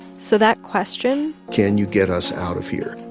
so that question. can you get us out of here.